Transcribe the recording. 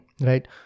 right